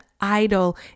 idol